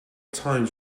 times